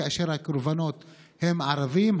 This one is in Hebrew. כאשר הקורבנות הם ערבים,